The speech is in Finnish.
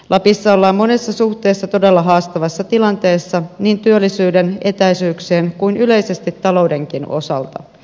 lapissa ollaan monessa suhteessa todella haastavassa tilanteessa niin työllisyyden etäisyyksien kuin yleisesti taloudenkin osalta